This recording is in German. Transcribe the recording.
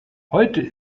heute